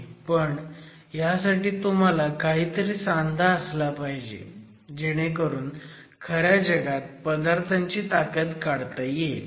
पण ह्यासाठी तुम्हाला काहितरी सांधा असला पाहिजे जेणे करून खऱ्या जगात पदार्थांची ताकद काढता येईल